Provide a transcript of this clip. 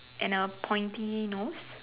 and a pointy nose